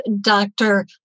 dr